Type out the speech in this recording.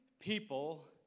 People